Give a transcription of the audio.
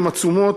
הן עצומות.